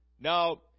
Now